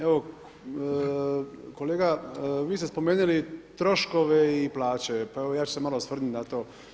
Evo kolega vi ste spomenuli troškove i plaće, pa evo ja ću se malo osvrnuti na to.